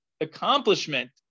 accomplishment